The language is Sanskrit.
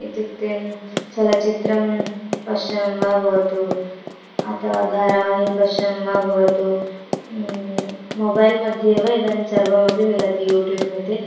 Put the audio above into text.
इत्युक्ते चलचित्रं पश्यन् वा भवतु अथवा धारावाहि पश्यन् वा भवतु मोबैल्मध्ये एव इदानीं सर्वमपि मिलति यूट्यूब्मध्ये